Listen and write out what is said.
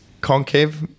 concave